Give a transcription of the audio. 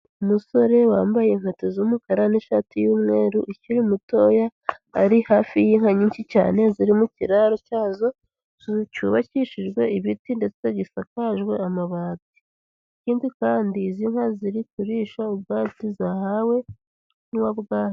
Umusore wambaye inkweto z'umukara n'ishati y'umweru ukiri mutoya, ari hafi y'inka nyinshi cyane ziri mu kiraro cyazo, cyubakishijwe ibiti, ndetse gisakajwe amabati. Ikindi kandi izi nka ziri kurisha ubwatsi zahawe n'uwabwahiye.